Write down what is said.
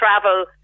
travel